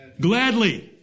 Gladly